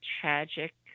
tragic